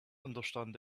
understand